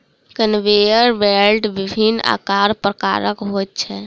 conveyor belt विभिन्न आकार प्रकारक होइत छै